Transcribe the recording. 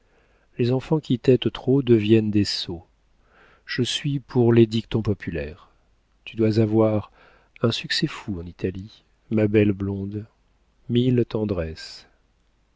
les enfants qui tettent trop deviennent des sots je suis pour les dictons populaires tu dois avoir un succès fou en italie ma belle blonde mille tendresses